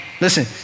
listen